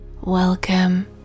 Welcome